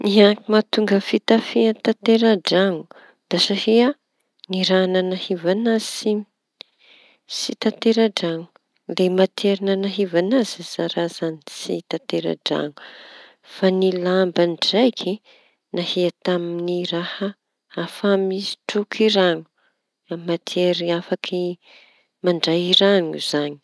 Ny antoñy mahatonga fitafia tantera-draño da satria ny raha nañahivaña azy tsy-tsy tantera-draño le matiera nañahiva azy zañy tsy tateradraño. Fa ny lamba ndraiky nahia tamin'ny raha afa mitroky raño matiry afaky mandray raño zañy.